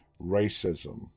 racism